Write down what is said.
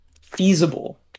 feasible